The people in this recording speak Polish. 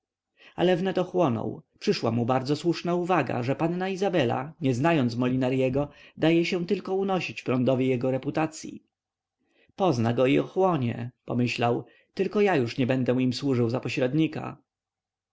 ale wnet ochłonął przyszła mu bardzo słuszna uwaga że panna izabela nie znając molinarego daje się tylko unosić prądowi jego reputacyi pozna go i ochłonie pomyślał tylko już ja nie będę im służył za pośrednika